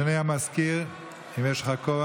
אדוני המזכיר, אם יש לך כוח,